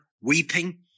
weeping